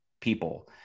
people